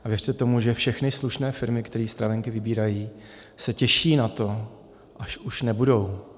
A věřte tomu, že všechny slušné firmy, které stravenky vybírají, se těší na to, až už nebudou.